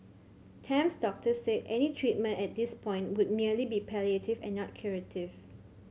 Tam's doctor said any treatment at this point would merely be palliative and not curative